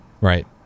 right